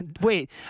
wait